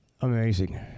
Amazing